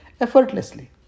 effortlessly